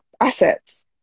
assets